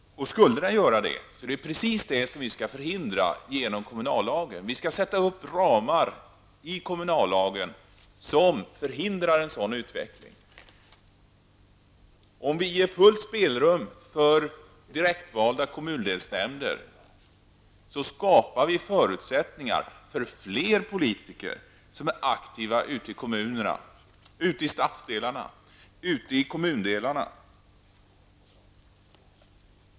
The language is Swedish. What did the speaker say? Och skulle den göra det, är det precis det som vi skall förhindra genom kommunallagen. Vi skall i kommunallagen sätta upp ramar som förhindrar en sådan utveckling. Om vi ger fullt spelrum för direktvalda kommundelsnämnder skapar vi förutsättningar för fler politiker som är aktiva ute i kommunerna, ute i stadsdelarna och ute i kommundelarna.